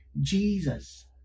jesus